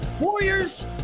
Warriors